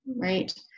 right